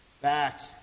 back